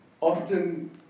Often